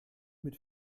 mit